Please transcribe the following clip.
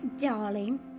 darling